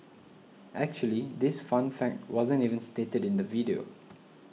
actually this fun fact wasn't even stated in the video